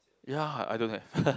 ya I don't have